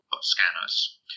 scanners